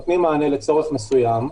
התצהירים היום נותנים מענה לצורך מסוים.